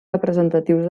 representatius